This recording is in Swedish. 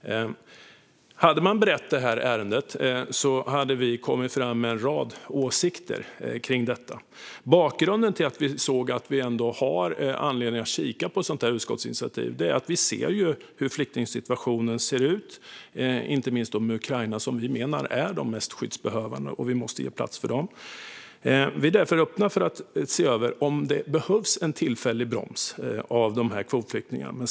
Hade man berett det här ärendet hade vi kommit fram med en rad åsikter. Bakgrunden till att vi anser att det finns anledning att kika på ett sådant här utskottsinitiativ är att vi ser hur flyktingsituationen ser ut. Det gäller inte minst Ukraina. Vi menar att flyktingarna från Ukraina är de mest skyddsbehövande och att vi måste ge plats för dem. Vi är därför öppna för att se över om det behövs en tillfällig broms av kvotflyktingar.